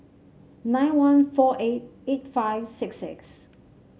nine one four eight eight five six six